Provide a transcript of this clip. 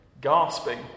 gasping